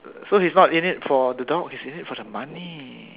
so he is not in it for the dog he is in it for the money